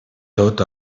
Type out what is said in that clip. tot